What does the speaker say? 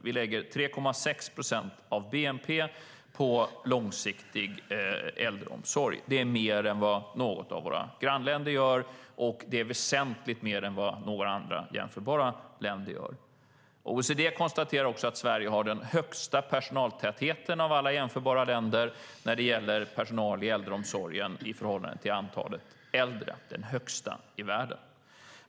Vi lägger 3,6 procent av bnp på långsiktig äldreomsorg, och det är mer än vad något av våra grannländer gör. Det är också väsentligt mer än vad några andra jämförbara länder gör. OECD konstaterar även att Sverige har den högsta personaltätheten av alla jämförbara länder när det gäller personal i äldreomsorgen i förhållande till antalet äldre - den högsta i världen.